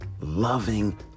loving